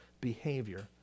behavior